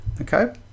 Okay